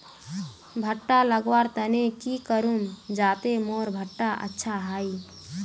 भुट्टा लगवार तने की करूम जाते मोर भुट्टा अच्छा हाई?